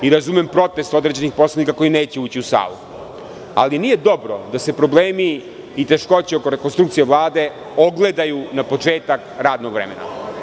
I razumem protest određenih poslanika koji neće ući u salu, ali nije dobro da se problemi i teškoće oko rekonstrukcije Vlade ogledaju na početak radnog vremena.